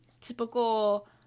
typical